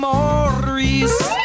Maurice